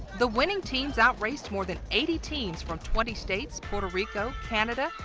the winning teams outraced more than eighty teams from twenty states, puerto rico, canada,